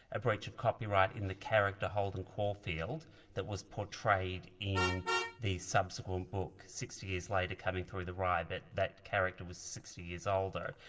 a breach of copyright in the character holden caulfield that was portrayed in the subsequent book sixty years later coming through the rye, that that character was sixty years older.